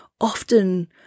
Often